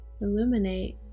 Illuminate